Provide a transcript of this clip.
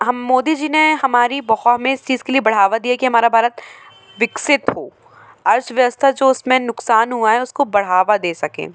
हम मोदी जी ने हमारी बहुत हमें इस चीज़ के लिए बढ़ावा दी है कि हमारा भारत विकसित हो अर्थव्यवस्था जो उसमें नुकसान हुआ है उसको बढ़ावा दे सकें